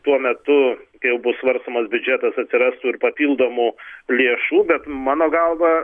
tuo metu kai jau bus svarstomas biudžetas atsirastų ir papildomų lėšų bet mano galva